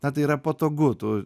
na tai yra patogu tu